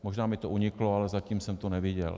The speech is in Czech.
Možná mi to uniklo, ale zatím jsem to neviděl.